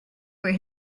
where